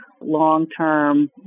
long-term